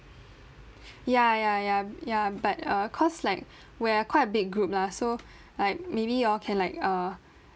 ya ya ya ya but uh cause like we're quite a big group lah so like maybe y'all can like uh